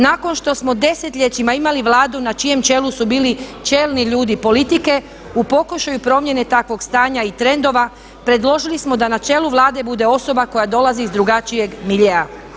Nakon što smo desetljećima imali Vladu na čijem čelu su bili čelni ljudi politike u pokušaju promjene takvog stanja i trendova predložili smo da na čelu Vlade bude osoba koja dolazi iz drugačijeg miljea.